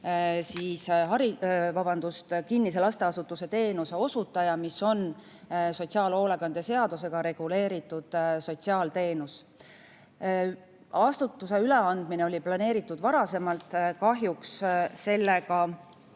osutab kinnise lasteasutuse teenust, mis on sotsiaalhoolekande seadusega reguleeritud sotsiaalteenus. Asutuse üleandmine oli planeeritud varem[, aga] kahjuks sellega